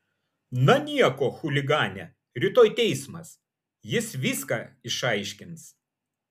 na nieko chuligane rytoj teismas jis viską išaiškins